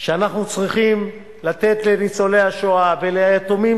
שאנחנו צריכים לתת לניצולי השואה וליתומים,